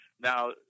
Now